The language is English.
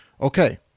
Okay